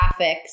graphics